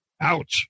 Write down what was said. Ouch